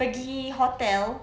pergi hotel